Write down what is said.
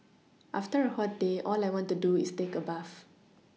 after a hot day all I want to do is take a bath